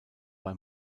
bei